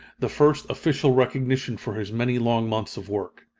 the first official recognition for his many long months of work.